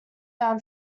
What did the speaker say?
down